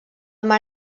mar